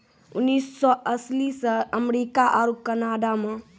उन्नीस सौ अस्सी से अमेरिका आरु कनाडा मे